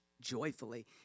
joyfully